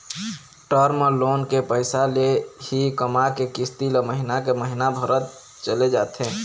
term loan के पइसा ले ही कमा के किस्ती ल महिना के महिना भरत चले जाथे